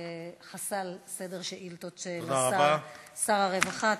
חסל סדר שאילתות לשר, שר הרווחה.